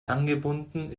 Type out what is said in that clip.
angebunden